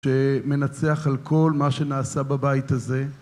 שמנצח על כל מה שנעשה בבית הזה.